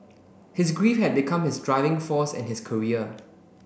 his grief had become his driving force in his career